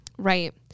Right